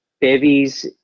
Bevy's